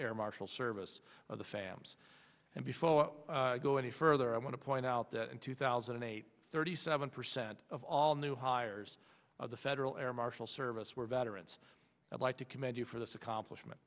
air marshal service of the fams and before we go any further i want to point out that in two thousand and eight thirty seven percent of all new hires of the federal air marshal service were veterans i'd like to commend you for this accomplishment